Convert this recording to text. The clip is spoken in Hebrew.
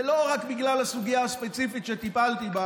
ולא רק בגלל הסוגיה הספציפית שטיפלתי בה